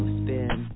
spin